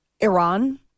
Iran